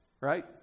right